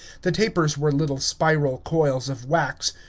the tapers were little spiral coils of wax,